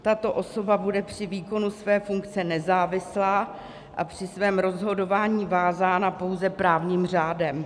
Tato osoba bude při výkonu své funkce nezávislá a při svém rozhodování vázaná pouze právním řádem.